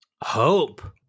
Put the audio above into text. hope